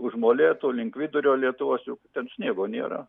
už molėtų link vidurio lietuvos juk ten sniego nėra